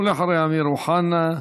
ואחריה, אמיר אוחנה,